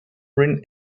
bring